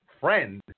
friend